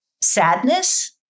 sadness